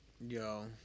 Yo